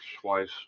twice